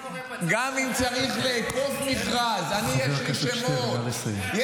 זה קורה בצד שלכם.